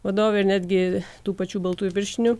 vadovė ir netgi tų pačių baltųjų pirštinių